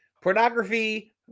Pornography